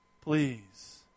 Please